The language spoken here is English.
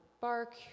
bark